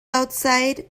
outside